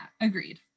agreed